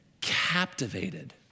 captivated